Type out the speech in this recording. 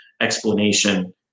explanation